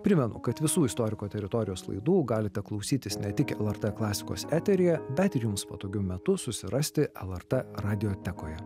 primenu kad visų istoriko teritorijos laidų galite klausytis ne tik lrt klasikos eteryje bet ir jums patogiu metu susirasti lrt radiotekoje